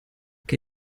che